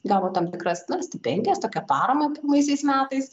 gavo tam tikras stipendijas tokią paramą pirmaisiais metais